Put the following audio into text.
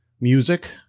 music